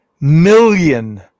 million